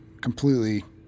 completely